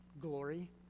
glory